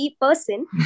person